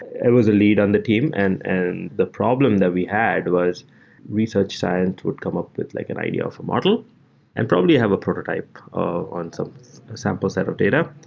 i was a lead on the team and and the problem that we had was research science would come up with like an idea of a model and probably have a prototype on some sample set of data.